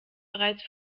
bereits